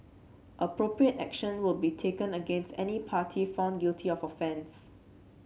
appropriate action will be taken against any party found guilty of offence